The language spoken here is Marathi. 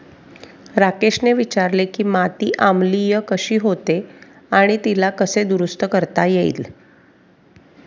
राकेशने विचारले की माती आम्लीय कशी होते आणि तिला कसे दुरुस्त करता येईल?